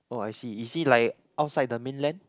oh I see is it like outside the mainland